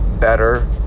better